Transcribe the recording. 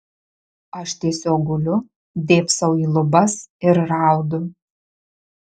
aš tiesiog guliu dėbsau į lubas ir raudu